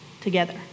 together